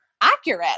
accurate